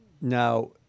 Now